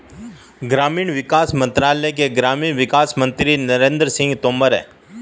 ग्रामीण विकास मंत्रालय के ग्रामीण विकास मंत्री नरेंद्र सिंह तोमर है